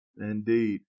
Indeed